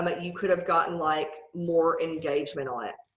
but you could have gotten like more engagement on it.